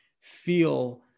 feel